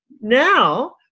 now